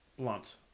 blunt